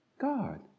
God